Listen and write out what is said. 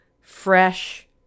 fresh